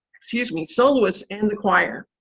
excuse me, soloists and the choir.